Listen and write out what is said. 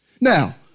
Now